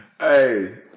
Hey